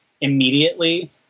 immediately